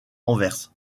anvers